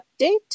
update